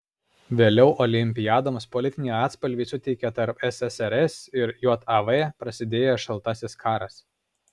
vėliau olimpiadoms politinį atspalvį suteikė tarp ssrs ir jav prasidėjęs šaltasis karas